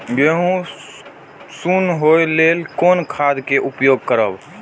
गेहूँ सुन होय लेल कोन खाद के उपयोग करब?